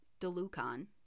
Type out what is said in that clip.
Delucon